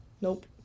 Nope